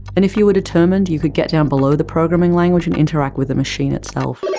and if you were determined you could get down below the programming language and interact with the machine itself.